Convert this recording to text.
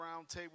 Roundtable